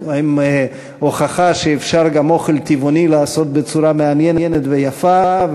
עם הוכחה שאפשר גם אוכל טבעוני לעשות בצורה מעניינת ויפה,